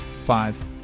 five